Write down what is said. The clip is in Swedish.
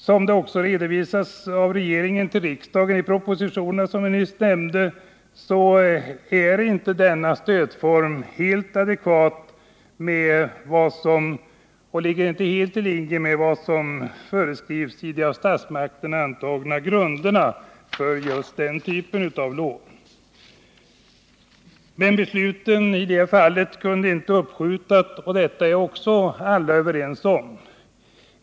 Som också redovisats av regeringen till riksdagen i propositionen som nyss nämndes ligger inte denna stödform helt i linje med vad som föreskrivs i de av statsmakterna antagna grunderna för just den typen av lån. Men besluten kunde i detta fall inte uppskjutas, och detta är också alla överens om.